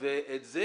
ואת זה